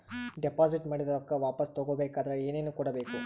Deposit ಮಾಡಿದ ರೊಕ್ಕ ವಾಪಸ್ ತಗೊಬೇಕಾದ್ರ ಏನೇನು ಕೊಡಬೇಕು?